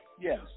Yes